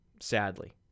sadly